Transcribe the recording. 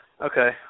okay